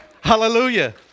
Hallelujah